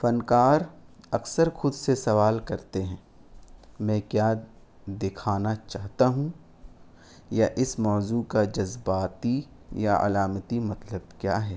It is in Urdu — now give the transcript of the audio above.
فنکار اکثر خود سے سوال کرتے ہیں میں کیا دکھانا چاہتا ہوں یا اس موضوع کا جذباتی یا علامتی مطلب کیا ہے